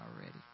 already